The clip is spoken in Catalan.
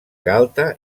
galta